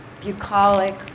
bucolic